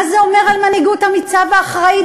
מה זה אומר על מנהיגות אמיצה ואחראית